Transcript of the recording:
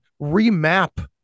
remap